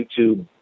YouTube